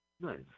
Nice